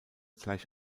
gleich